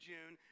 June